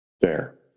Fair